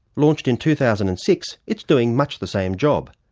launched in two thousand and six, it's doing much the same job.